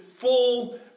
full